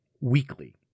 weekly